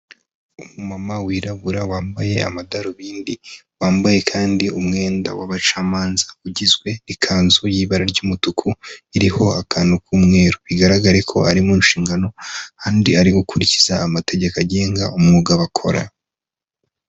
Umumama wirabura wambaye amadarubindi, wambaye kandi umwenda w'abacamanza ugizwe n'ikanzu y'ibara ry'umutuku iriho akantu k'umweru. Bigaragare ko ari mu nshingano kandi arigukurikiza amategeko agenga umwuga bakora.